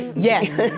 yes!